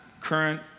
current